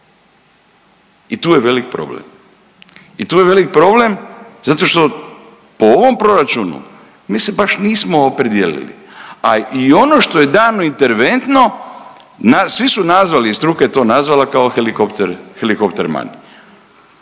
I tu je velik problem. I tu je velik problem zato što po ovom proračunu mi se baš nismo opredijelili, a i ono što je dano interventno svi su nazvali, struka je to nazvala kao helikopter